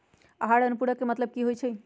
आहार अनुपूरक के मतलब की होइ छई?